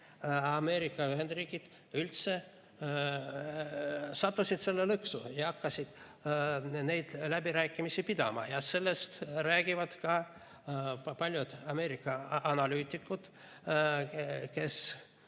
Ameerika Ühendriigid üldse sattusid sellesse lõksu ja hakkasid läbirääkimisi pidama. Sellest räägivad ka paljud Ameerika analüütikud ja